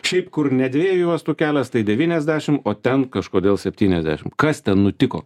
šiaip kur ne dviejų juostų kelias tai devyniasdešim o ten kažkodėl septyniasdešim kas ten nutiko